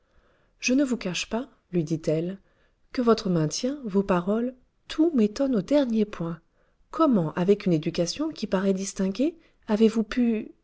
je ne vous cache pas lui dit-elle que votre maintien vos paroles tout m'étonne au dernier point comment avec une éducation qui paraît distinguée avez-vous pu